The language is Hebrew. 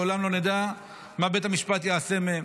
לעולם לא נדע מה בית המשפט יעשה מהם.